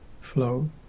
flow